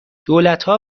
دولتها